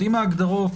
אם ההגדרות